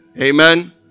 Amen